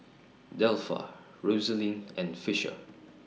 Delpha Rosaline and Fisher